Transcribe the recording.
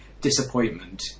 disappointment